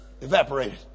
Evaporated